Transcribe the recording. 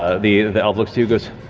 ah the the elf looks to you, goes,